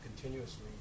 continuously